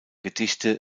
gedichte